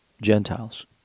Gentiles